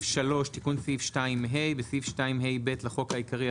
"תיקון סעיף 22ה 3. בסעיף 2ה(ב) לחוק העיקרי,